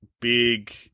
big